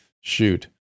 Shoot